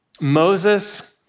Moses